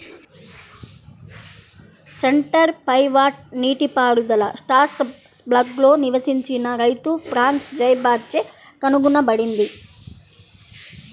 centre pivot నీటిపారుదల స్ట్రాస్బర్గ్లో నివసించిన రైతు ఫ్రాంక్ జైబాచ్ చే కనుగొనబడింది